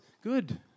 good